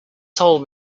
told